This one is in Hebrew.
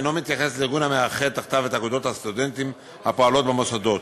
אינו מתייחס לארגון המאחד תחתיו את אגודות הסטודנטים הפועלות במוסדות.